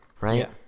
Right